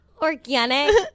Organic